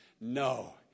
No